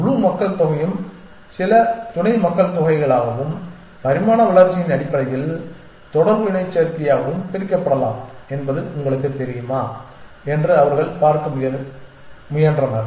முழு மக்கள்தொகையும் சில துணை மக்கள்தொகைகளாகவும் பரிணாம வளர்ச்சியின் அடிப்படையில் தொடர்பு இனச்சேர்க்கையாகவும் பிரிக்கப்படலாம் என்பது உங்களுக்குத் தெரியுமா என்று அவர்கள் பார்க்க முயன்றனர்